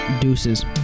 Deuces